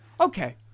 Okay